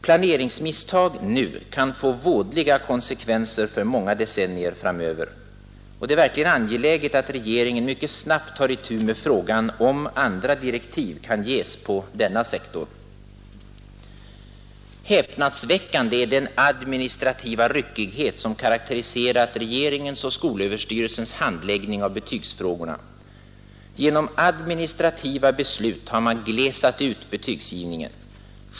Planeringsmisstag nu kan få vådliga konsekvenser för många decennier framöver. Det är verkligen angeläget att regeringen mycket snabbt tar itu med frågan om andra direktiv kan ges på denna sektor. Häpnadsväckande är den administrativa ryckighet som karakteriserat regeringens och skolöverstyrelsens handläggning av betygsfrågorna. Genom administrativa beslut har man glesat ut betygsgivningen.